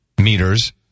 meters